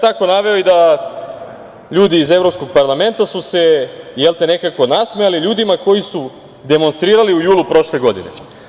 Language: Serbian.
Tako je naveo i da su se ljudi iz Evropskog parlamenta nekako nasmejali ljudima koji su demonstrirali u julu prošle godine.